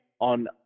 on